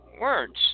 words